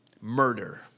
Murder